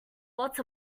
lots